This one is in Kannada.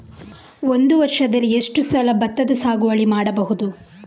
ಒಂದು ವರ್ಷದಲ್ಲಿ ಎಷ್ಟು ಸಲ ಭತ್ತದ ಸಾಗುವಳಿ ಮಾಡಬಹುದು?